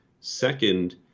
Second